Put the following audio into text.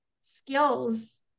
skills